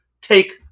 take